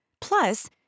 plus